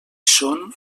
són